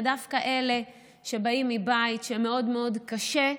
ודווקא אלה שבאים מבית מאוד מאוד קשה,